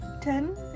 ten